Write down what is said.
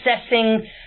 assessing